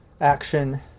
action